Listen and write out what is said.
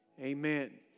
amen